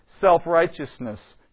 self-righteousness